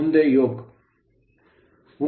ಮುಂದೆ yoke